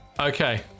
Okay